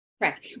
Correct